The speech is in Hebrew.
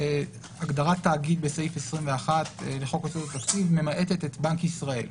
הגדרת תאגיד בסעיף 21 לחוק יסודות התקציב ממעטת את בנק ישראל.